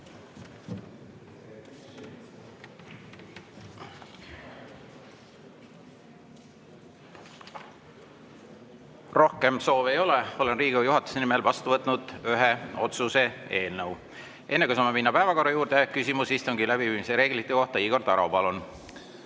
Rohkem soove ei ole. Olen Riigikogu juhatuse nimel vastu võtnud ühe otsuse eelnõu. Enne, kui saame minna päevakorra juurde, on küsimus istungi läbiviimise reeglite kohta. Igor Taro, palun!